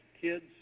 kids